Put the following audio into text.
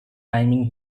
timing